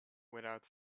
without